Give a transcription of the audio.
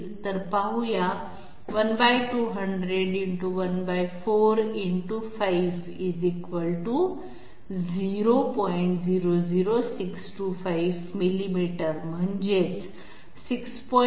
तर पाहू या 1200 × ¼ × 5 000625 मिलिमीटर म्हणजे 6